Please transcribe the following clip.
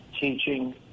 teaching